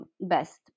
best